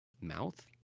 mouth